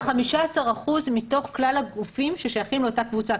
זה 15% מתוך כלל הגופים ששייכים לאותה קבוצה.